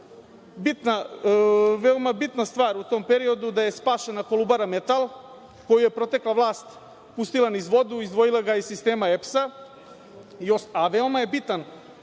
veoma bitna stvar u tom periodu je da je spašena „Kolubara metal“ koju je protekla vlast pustila niz vodu, izdvojila ga iz sistema EPS-a, a veoma je bitna